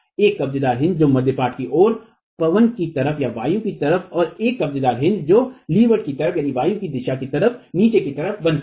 एक कब्जेदारहिन्जकाज जो मध्य पाट की ओर पवन की तरफ और एक कब्जेदारहिन्जकाज जो कि लीवर की तरफ सेनीचे की तरफ बनता है